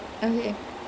and his family